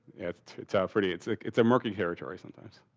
it's it's ah pretty. it's like it's a merkin territory sometimes.